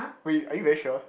wait are you very sure